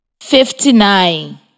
fifty-nine